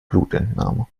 blutentnahme